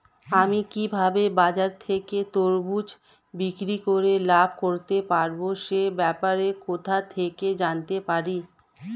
আমি কিভাবে বাজার থেকে তরমুজ বিক্রি করে লাভ করতে পারব সে ব্যাপারে কোথা থেকে জানতে পারি?